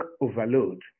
overload